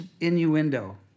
innuendo